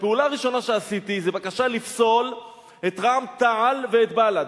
הפעולה הראשונה שעשיתי היא בקשה לפסול את רע"ם-תע"ל ואת בל"ד.